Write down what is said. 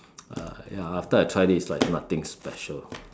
uh ya after I tried it it's like nothing special